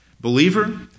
Believer